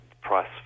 price